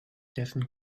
dessen